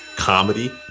comedy